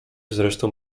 zresztą